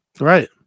Right